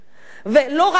ולא רק אז,